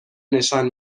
نشان